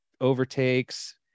overtakes